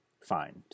fine